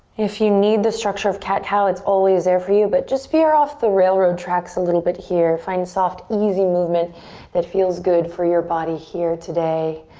if you need the structure of cat-cow, it's always there for you but just veer off the railroad tracks a little bit here. find soft, easy movement that feels good for your body here today,